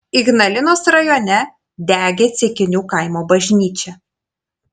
ignalinos rajone degė ceikinių kaimo bažnyčia